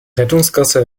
rettungsgasse